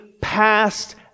past